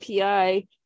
API